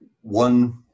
One